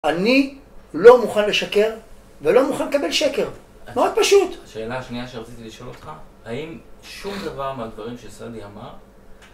אני לא מוכן לשקר ולא מוכן לקבל שקר, מאוד פשוט השאלה השנייה שרציתי לשאול אותך, האם שום דבר מהדברים שסרדי אמר